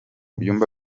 byumba